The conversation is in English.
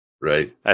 right